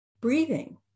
breathing